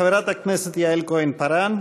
חברת הכנסת יעל כהן-פארן,